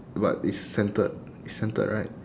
but it's centred it's centred right